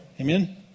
Amen